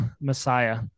messiah